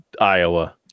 Iowa